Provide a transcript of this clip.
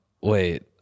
wait